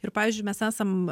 ir pavyzdžiui mes esam